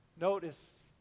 Notice